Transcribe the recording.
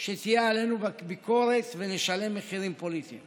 שתהיה עלינו ביקורת ונשלם מחירים פוליטיים